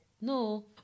No